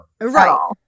right